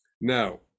now